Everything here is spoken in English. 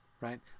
Right